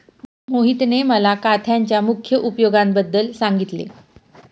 मोहितने मला काथ्याच्या मुख्य उपयोगांबद्दल सांगितले